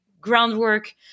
groundwork